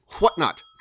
whatnot